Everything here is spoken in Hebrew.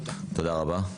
תודה רבה.